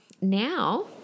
now